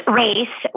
race